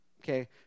okay